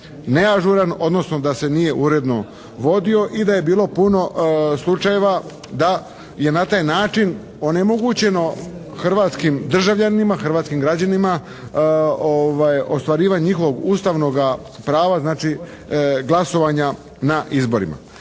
neažuran, odnosno da se nije uredno vodio i da je bilo puno slučajeva da je na taj način onemogućeno hrvatskim državljanima, hrvatskim građanima ostvarivanje njihovog Ustavnoga prava, znači glasovanja na izborima.